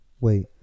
wait